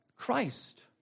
Christ